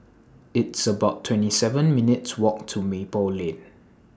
It's about twenty seven minutes' Walk to Maple Lane